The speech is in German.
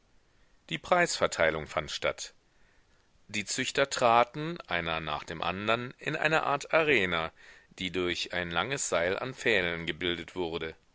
die preisverteilung fand statt die züchter traten einer nach dem andern in eine art arena die durch ein langes seil an pfählen gebildet wurde